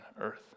earth